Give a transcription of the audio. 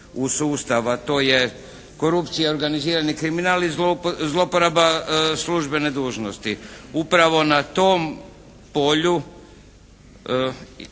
to je korupcija, organizirani kriminal i zlouporaba službene dužnosti. Upravo na tom polju